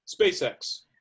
SpaceX